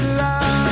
love